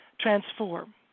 transform